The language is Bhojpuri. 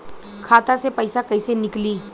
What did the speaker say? खाता से पैसा कैसे नीकली?